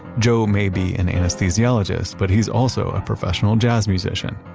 joe may be an anesthesiologist, but he's also a professional jazz musician.